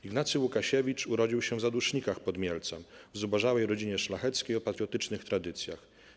Ignacy Łukasiewicz urodził się w Zadusznikach pod Mielcem, w zubożałej rodzinie szlacheckiej o patriotycznych tradycjach.